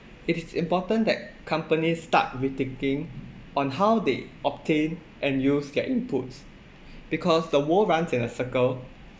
it is important that companies start rethinking on how they obtain and use their inputs because the world runs in a circle